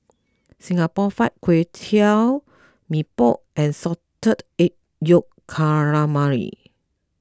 Singapore Fried Kway Tiao Mee Pok and Salted Egg Yolk Calamari